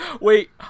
Wait